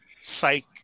psych